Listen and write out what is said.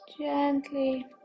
Gently